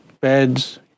Beds